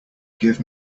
give